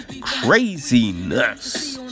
craziness